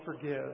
forgive